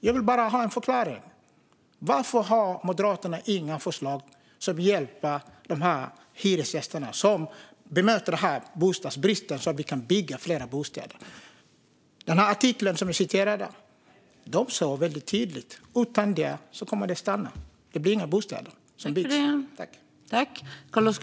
Jag vill bara ha en förklaring: Varför har Moderaterna inga förslag som hjälper hyresgästerna och som möter bostadsbristen så att vi kan bygga fler bostäder? I artikeln jag citerade står det tydligt att byggandet kommer att stanna utan detta. Det blir inga bostäder byggda.